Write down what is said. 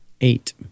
Eight